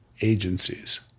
agencies